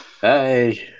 Hey